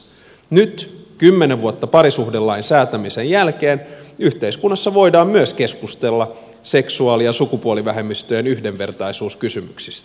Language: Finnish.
nyt kymmenen vuotta parisuhdelain säätämisen jälkeen yhteiskunnassa voidaan keskustella myös seksuaali ja sukupuolivähemmistöjen yhdenvertaisuuskysymyksistä